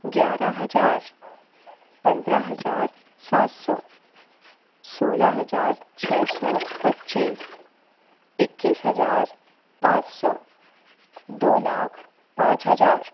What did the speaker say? ग्यारह हज़ार पंद्रह हज़ार सात सौ सोलह हज़ार छः सौ पच्चीस इक्कीस हज़ार पाँच सौ दो लाख पाँच हज़ार